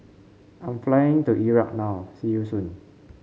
I am flying to Iraq now See you soon